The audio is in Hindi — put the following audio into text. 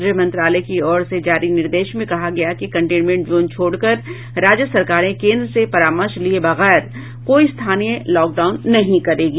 गृह मंत्रालय की ओर से जारी निर्देश में कहा गया है कि कंटेनमेंट जोन छोड़कर राज्य सरकारे केंद्र से परामर्श लिये बगैर कोई स्थानीय लॉकडाउन नहीं करेगी